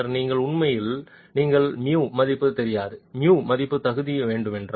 பின்னர் நீங்கள் உண்மையில் நீங்கள் μ மதிப்பு தெரியாது mu மதிப்பு கருதி வேண்டும்